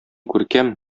күркәм